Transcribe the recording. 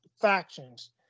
factions